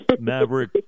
Maverick